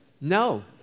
No